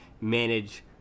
manage